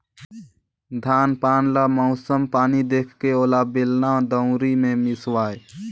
धान पान ल मउसम पानी देखके ओला बेलना, दउंरी मे मिसवाए